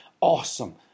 awesome